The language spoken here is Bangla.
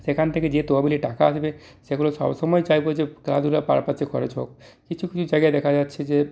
সেখান থেকে যে তহবিলে টাকা আসবে সেগুলো সবসময় চাইবো যে খেলাধুলার পারপোসে খরচ হোক কিছু কিছু জায়গায় দেখা যাচ্ছে যে